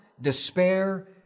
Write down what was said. despair